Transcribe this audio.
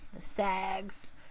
SAGS